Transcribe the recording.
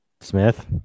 Smith